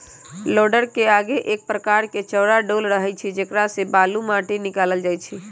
लोडरके आगे एक प्रकार के चौरा डोल रहै छइ जेकरा से बालू, माटि निकालल जाइ छइ